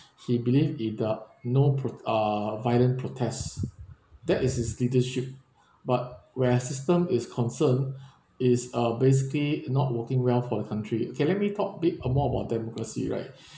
he believed it no pro~ uh violent protests that is his leadership but where a system is concerned is uh basically not working well for the country okay let me talk bit uh more about democracy right